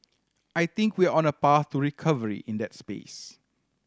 I think we're on a path to recovery in that space